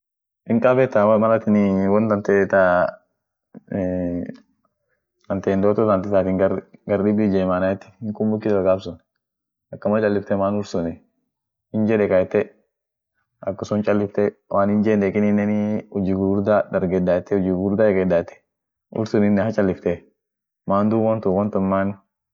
Turkiinii ishini ishine ada ishia ada bayati won ishia biriini gan elfua kadarf won yeden won ishian ananoti alcultue yeden won dinianeni dini fan jirti amineni culture neni tam amtanatan fan jirti won birii ishianneni akichetit jira bezatini otomani muzikine lila doti amineni familineni muhimua amineni ada tun taa ishia kahawa tokkit jiraai kahawa toko won suni huji isanii kahawa rafikiat lila dugeni amineni tabineni hitumiaten kahawa sun